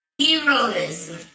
heroism